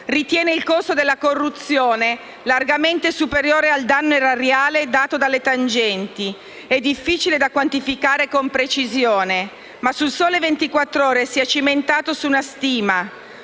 ritiene che il costo della corruzione sia largamente superiore al danno erariale dato dalle tangenti e difficile da quantificare con precisione. Tuttavia, su «Il Sole 24 Ore» si è cimentato su una stima: